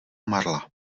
marla